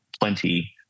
plenty